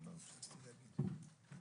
וחבל,